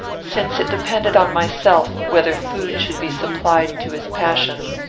since it depended on myself whether food should be supplied to his passion.